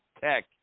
tech